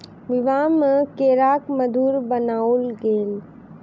विवाह में केराक मधुर बनाओल गेल